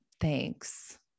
Thanks